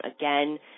again